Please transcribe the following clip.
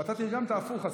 ואתה תרגמת הפוך.